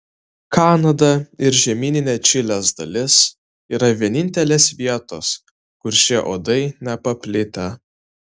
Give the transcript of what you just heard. kanada ir žemyninė čilės dalis yra vienintelės vietos kur šie uodai nepaplitę